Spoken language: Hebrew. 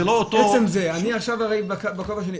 זה לא אותו --- אני עכשיו בכובע שלי,